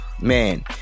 Man